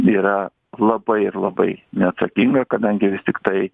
yra labai ir labai neatsakinga kadangi vis tiktai